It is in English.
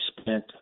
spent